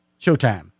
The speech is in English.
Showtime